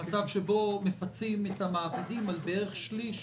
מצב שבו מפצים את המעבידים על בערך שליש